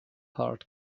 heart